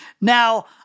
Now